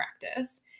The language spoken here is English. practice